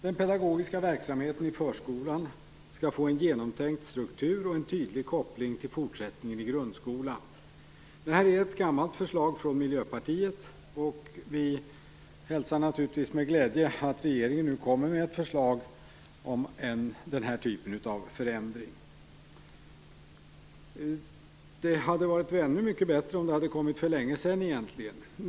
Den pedagogiska verksamheten i förskolan skall få en genomtänkt struktur och en tydlig koppling till fortsättningen i grundskolan. Detta är ett gammalt förslag från Miljöpartiet, och vi hälsar naturligtvis med glädje att regeringen nu kommer med förslag till den här typen av förändring. Det hade egentligen varit ännu bättre om det hade kommit för länge sedan.